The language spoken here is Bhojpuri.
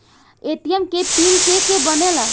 ए.टी.एम के पिन के के बनेला?